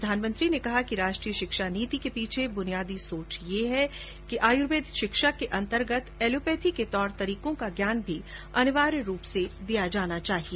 प्रधानमंत्री ने कहा कि राष्ट्रीय शिक्षा नीति के पीछे बुनियादी सोच यह है कि आयुर्वेदिक शिक्षा के अंतर्गत ऐलोपैथी के तौर तरीकों का ज्ञान भी अनिवार्य रूप से दिया जाना चाहिए